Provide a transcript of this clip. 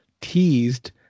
teased